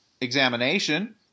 examination